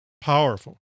powerful